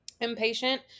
impatient